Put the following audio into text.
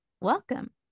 welcome